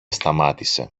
σταμάτησε